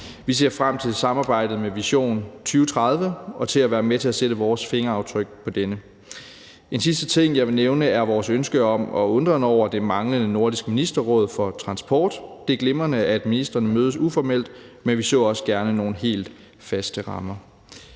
Vi ser frem til samarbejdet om »Vision 2030« og til at være med til at sætte vores fingeraftryk på denne. En sidste ting, jeg vil nævne, er vores undren over det manglende nordiske ministerråd for transport og vores ønske om at få det. Det er glimrende, at ministrene mødes uformelt, men vi så også gerne nogle helt faste rammer.